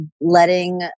letting